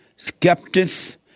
skeptics